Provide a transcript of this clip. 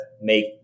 make